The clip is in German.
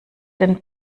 den